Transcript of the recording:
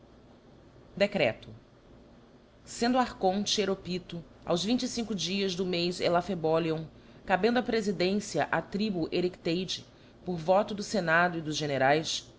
decreto sendo archonte heropytho aos vinte e cinco dias do mez elaphebolion cabendo a prefidencia á tribu erechtheide por voto do fenado e dos generaes